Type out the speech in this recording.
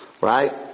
Right